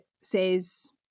says